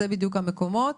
אלה בדיוק המקומות.